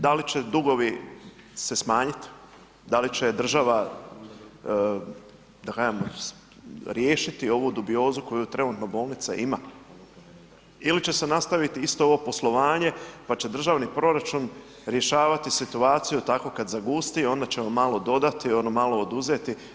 Da li će dugovi se smanjiti, da će država riješiti ovu dubiozu koju trenutno bolnica ima ili će se nastaviti isto ovo poslovanje pa će državni proračun rješavati situaciju tako kada zagusti i onda ćemo malo dodati, malo oduzeti?